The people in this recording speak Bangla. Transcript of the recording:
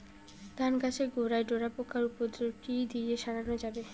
ধান গাছের গোড়ায় ডোরা পোকার উপদ্রব কি দিয়ে সারানো যাবে?